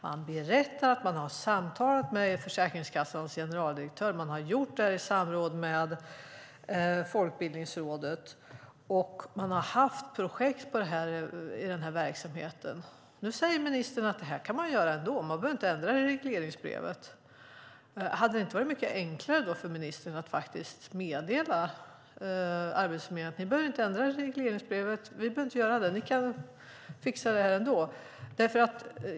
Man berättar att man har samtalat med Försäkringskassans generaldirektör och gjort det i samråd med Folkbildningsrådet. Man har haft projekt inom den här verksamheten. Nu säger ministern att det här kan man göra ändå; man behöver inte ändra i regleringsbrevet. Hade det inte varit mycket enklare för ministern att meddela Arbetsförmedlingen att ni inte behöver ändra i regleringsbrevet, att det går att fixa det ändå?